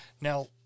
Now